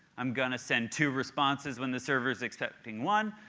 i'm going to send two responses when the server's expecting one.